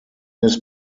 his